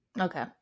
Okay